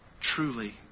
truly